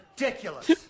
Ridiculous